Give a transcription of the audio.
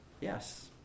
Yes